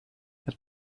het